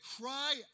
cry